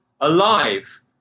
alive